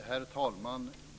Herr talman!